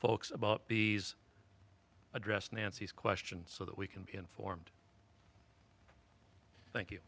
folks about bees address nancy's question so that we can be informed thank you